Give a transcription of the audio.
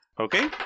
Okay